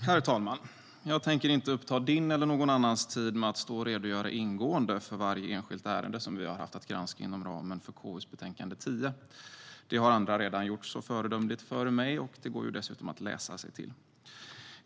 Herr talman! Jag tänker inte uppta din eller någon annans tid med att stå och redogöra ingående för varje enskilt ärende som vi har haft att granska inom ramen för KU:s betänkande 10. Det har andra redan gjort så föredömligt före mig, och det går dessutom att läsa sig till.